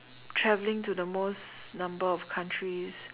travelling to the most number of countries